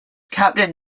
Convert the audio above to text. captain